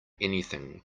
anything